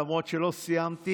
ולמרות שלא סיימתי,